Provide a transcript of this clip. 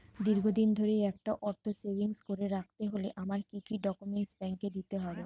দীর্ঘদিন ধরে একটা অর্থ সেভিংস করে রাখতে হলে আমায় কি কি ডক্যুমেন্ট ব্যাংকে দিতে হবে?